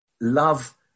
love